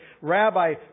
Rabbi